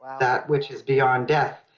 that which is beyond death.